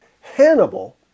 Hannibal